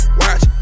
watch